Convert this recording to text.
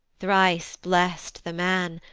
thrice blest the man,